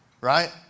right